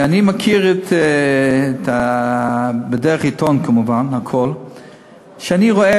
אני מכיר, כמובן הכול דרך